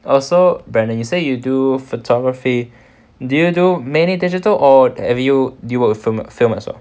err so brandon you say you do photography do you do mainly digital or have you do you work with film err film as well